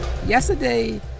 Yesterday